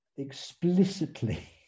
explicitly